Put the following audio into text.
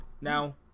Now